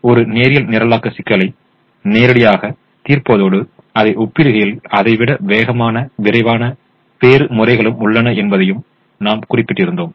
ஆனால் ஒரு நேரியல் நிரலாக்க சிக்கலை நேரடியாக தீர்ப்பதோடு அதை ஒப்பிடுகையில் அதைவிட வேகமான விரைவான வேறு முறைகளும் உள்ளன என்பதையும் நாம் குறிப்பிட்டு இருந்தோம்